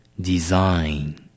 Design